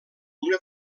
una